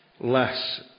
less